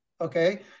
okay